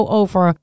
over